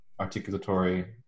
articulatory